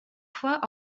fois